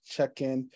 Check-in